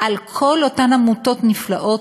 על כל אותן עמותות נפלאות,